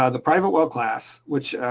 ah the private well class which